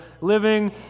living